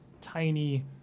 tiny